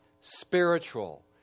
spiritual